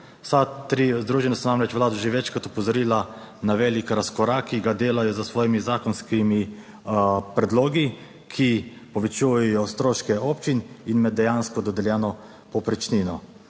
Vsa tri združenja so namreč Vlado že večkrat opozorila na velik razkorak, ki ga delajo s svojimi zakonskimi predlogi, ki povečujejo stroške občin in me dejansko dodeljeno povprečnino.